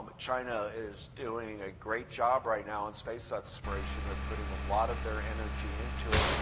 but china is doing a great job right now in space exploration. they're putting a lot of their energy into it.